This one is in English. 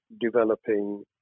developing